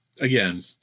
Again